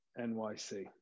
nyc